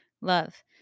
love